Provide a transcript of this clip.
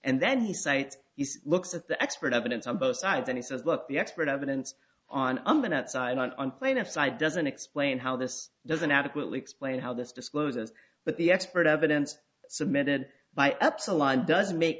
and then he cites looks at the expert evidence on both sides and he says look the expert evidence on i'm going outside on on plaintiff side doesn't explain how this doesn't adequately explain how this discloses but the expert evidence submitted by epsilon does make